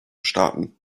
starten